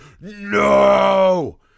no